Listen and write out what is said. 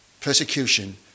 persecution